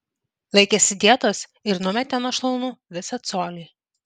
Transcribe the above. laikėsi dietos ir numetė nuo šlaunų visą colį